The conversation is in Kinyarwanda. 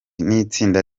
n’itsinda